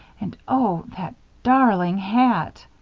and oh! that darling hat!